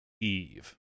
Eve